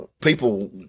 people